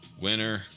Winner